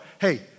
Hey